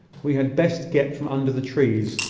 we had best get from under the trees,